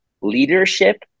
leadership